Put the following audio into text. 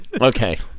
Okay